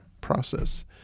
process